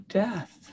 death